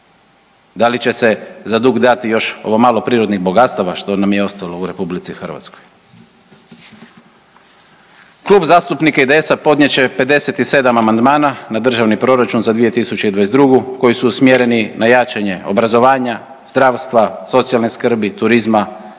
Da li će se za dug dati još ovo malo prirodnih bogatstava što nam je ostalo u RH? Klub zastupnika IDS podnijet će 57 amandmana na državni proračun za 2022. koji su usmjereni na jačanje obrazovanja, zdravstva, socijalne skrbi, turizma,